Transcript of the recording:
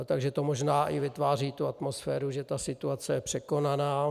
Takže to možná vytváří i tu atmosféru, že ta situace je překonaná.